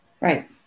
right